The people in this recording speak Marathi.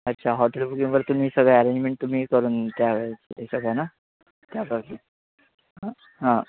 अच्छा हॉटेल बुकिंगवर तुम्ही सगळे ॲरेन्जमेंट तुम्ही करून त्या वेळेस तिथे सगळ्यांना क्या बात हे हां हां